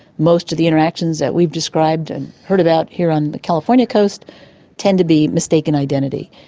most of the interactions that we've described and heard about here on the california coast tend to be mistaken identity.